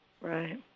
Right